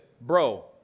bro